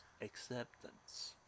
acceptance